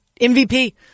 MVP